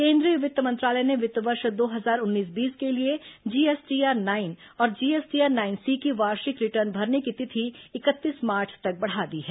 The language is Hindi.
केंद्रीय वित्त मंत्रालय ने वित्त वर्ष दो हजार उन्नीस बीस के लिए जीएसटीआर नाइन और जीएसटीआर नाइनसी की वार्षिक रिटर्न भरने की तिथि इकतीस मार्च तक बढ़ा दी है